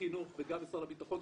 החינוך וגם של משרד הביטחון,